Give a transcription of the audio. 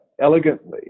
elegantly